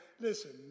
listen